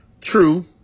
True